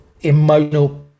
emotional